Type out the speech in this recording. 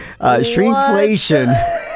Shrinkflation